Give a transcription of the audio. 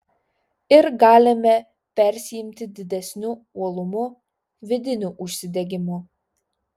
ir galime persiimti didesniu uolumu vidiniu užsidegimu